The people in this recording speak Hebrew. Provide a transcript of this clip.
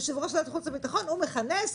יושב-ראש ועדת החוץ והביטחון הוא מכנס,